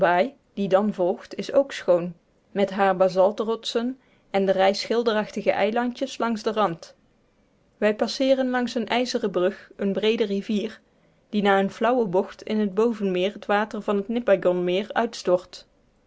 die dan volgt is ook schoon met hare bazaltrotsen en de rij schilderachtige eilandjes langs den rand wij passeeren langs eene ijzeren brug eene breede rivier die na eene flauwe bocht in het bovenmeer het water van het nipigon meer uitstort